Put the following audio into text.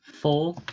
four